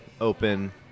open